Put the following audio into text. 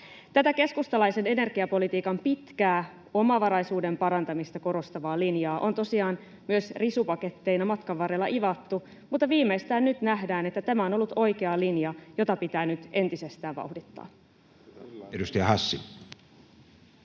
Tätä keskustalaisen energiapolitiikan pitkää, omavaraisuuden parantamista korostavaa linjaa on tosiaan myös risupaketteina matkan varrella ivattu, mutta viimeistään nyt nähdään, että tämä on ollut oikea linja, jota pitää nyt entisestään vauhdittaa. [Speech 70]